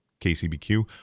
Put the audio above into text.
KCBQ